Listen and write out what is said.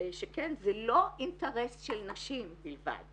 שכן זה לא אינטרס של נשים בלבד